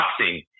boxing